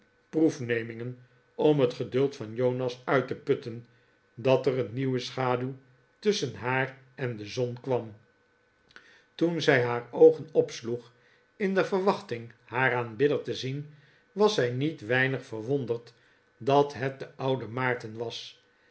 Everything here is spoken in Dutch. proefnemingen om het geduld van jonas uit te putten dat er een nieuwe schaduw tusschen haar en de zon kwam toen zij haar oogen opsloeg in de verwachting haar aanbidder te zien was zij niet weinig verwonderd dat het de oude maarten was